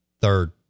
third